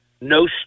no